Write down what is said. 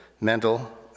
mental